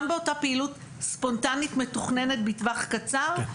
גם באותה פעילות ספונטנית מתוכננת בטווח קצר,